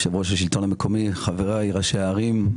יו"ר השלטון המקומי, חבריי ראשי הערים.